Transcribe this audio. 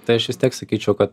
tai aš vis tiek sakyčiau kad